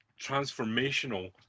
transformational